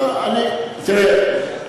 תראה,